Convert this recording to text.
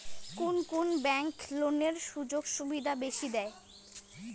কুন কুন ব্যাংক লোনের সুযোগ সুবিধা বেশি দেয়?